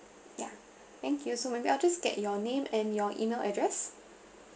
yeah thank you so maybe I'll just get your name and your email address